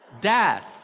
Death